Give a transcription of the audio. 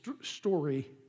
story